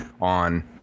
on